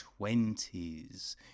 20s